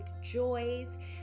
joys